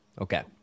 Okay